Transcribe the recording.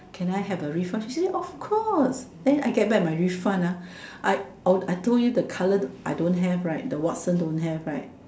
can I have a refunds she say of course then I get back my refund ah I I told you the color I don't have right that Watsons don't have right